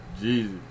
Jesus